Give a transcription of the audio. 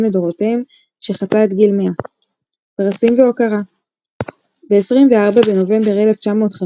לדורותיהם שחצה את גיל 100. פרסים והוקרה ב-24 בנובמבר 1958